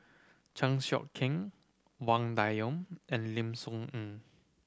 Chan Sek Keong Wang Dayuan and Lim Soo Ngee